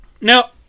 No